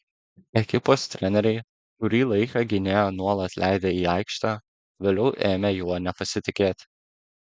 ekipos treneriai kurį laiką gynėją nuolat leidę į aikštę vėliau ėmė juo nepasitikėti